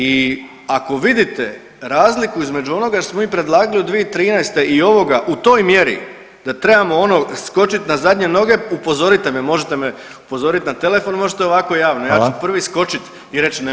I ako vidite razliku između onoga što smo mi predlagali 2013. i ovoga u toj mjeri da trebamo ono skočiti na zadnje noge upozorite me, možete me upozorit na telefon, možete ovako javno [[Upadica: Hvala.]] ja ću prvi skočit i reć ne može.